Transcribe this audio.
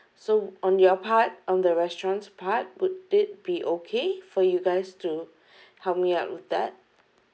so on your part on the restaurant's part would it be okay for you guys to help me up with that